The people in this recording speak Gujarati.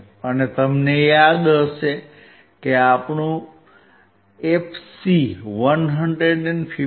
અને તમને યાદ હશે કે આપણું fc 159